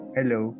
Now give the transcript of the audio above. Hello